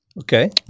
Okay